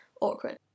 awkward